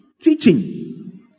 Teaching